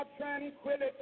tranquility